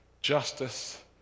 justice